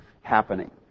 happening